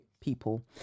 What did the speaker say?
people